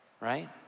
right